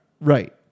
Right